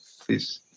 Please